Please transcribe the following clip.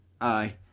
Aye